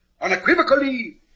unequivocally